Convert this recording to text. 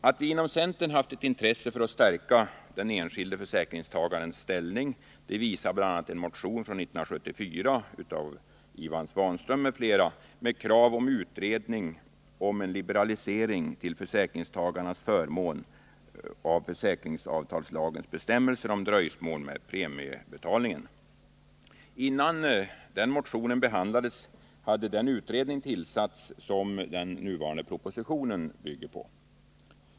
Att vi inom centern haft ett intresse av att stärka den enskilde försäkringstagarens ställning visar bl.a. en motion från 1974 av Ivan Svanström m .fl. med krav på en utredning om en liberalisering till försäkringstagarens förmån av försäkringsavtalslagens bestämmelser om dröjsmål med premiebetalningen. Innan den motionen behandlades hade den utredning tillsatts som den proposition vi nu behandlar bygger på.